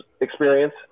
experience